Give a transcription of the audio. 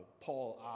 paul